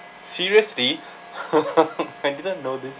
seriously I didn't know this